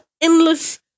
endless